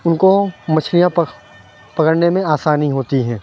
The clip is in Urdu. اُن کو مچھلیاں پکڑنے میں آسانی ہوتی ہے